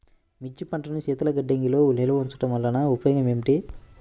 మిర్చి పంటను శీతల గిడ్డంగిలో నిల్వ ఉంచటం వలన ఉపయోగం ఏమిటి?